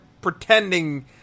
pretending